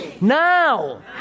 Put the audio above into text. Now